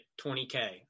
20K